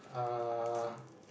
uh